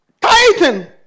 titan